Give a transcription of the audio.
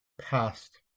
past